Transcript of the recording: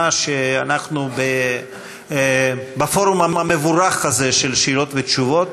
שאנחנו בפורום המבורך הזה של שאלות ותשובות